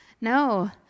No